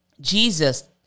Jesus